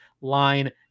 line